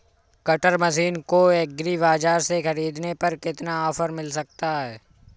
Cutter machine को agri बाजार से ख़रीदने पर कितना ऑफर मिल सकता है?